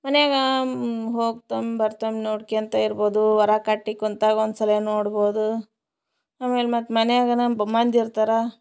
ಮನ್ಯಾಗ ಹೋಗ್ತ ಬರ್ತ ನೋಡ್ಕೊಂತ ಇರ್ಬೋದು ಹೊರ ಕಟ್ಟೆ ಕುಂತಾಗ ಒಂದು ಸಲ ನೋಡ್ಬೋದು ಆಮೇಲೆ ಮತ್ತೆ ಮನ್ಯಾಗಿನ ಬ್ ಮಂದಿ ಇರ್ತಾರೆ